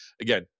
Again